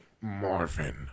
Marvin